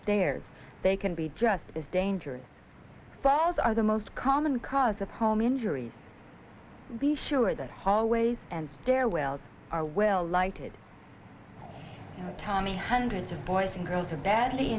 stairs they can be just as dangerous falls are the most common cause of home injuries be sure the hallways and stairwells are well lighted tommy hundreds of boys and girls are badly